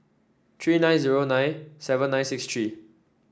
three nine zero nine seven nine six three